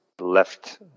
left